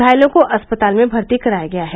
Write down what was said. घायलों को अस्पताल में भर्ती कराया गया है